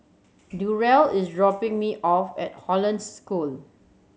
Durell is dropping me off at Hollandse School